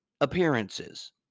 appearances